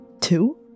Two